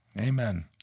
Amen